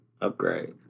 Upgrade